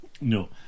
No